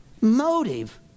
motive